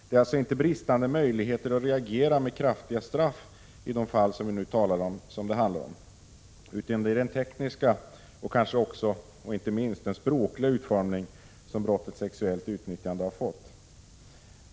Det är alltså inte bristande möjligheter att reagera med kraftiga straff som vi nu talar om, utan det är den tekniska och inte minst språkliga utformning som brottet sexuellt utnyttjande har fått.